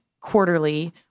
quarterly